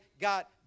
got